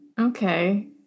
Okay